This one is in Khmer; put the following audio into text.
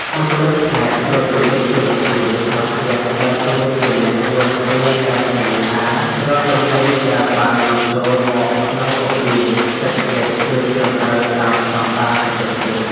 បុគ្គលិកផ្នែកត្រួតពិនិត្យគុណភាពក្នុងឃ្លាំងដើរតួជាអ្នកយាមទ្វារដែលធានាថា រាល់ទំនិញដែលបាននាំចូលមកក្នុងរបៀងសេដ្ឋកិច្ចគឺត្រឹមត្រូវតាមស្តង់ដារបច្ចេកទេស។